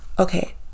Okay